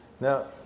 Now